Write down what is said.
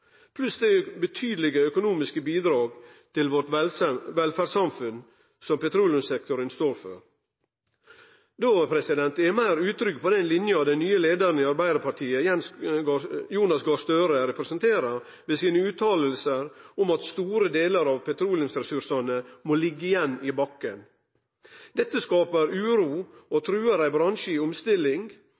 pluss det betydelege økonomiske bidraget til velferdssamfunnet vårt som petroleumssektoren står for. Då er eg meir utrygg på den linja den nye leiaren i Arbeidarpartiet, Jonas Gahr Støre, representerer, ut frå utsegnene hans om at store delar av petroleumsressursane må liggje igjen i bakken. Dette skapar uro og trugar ein bransje i omstilling,